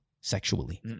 sexually